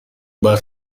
باید